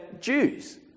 Jews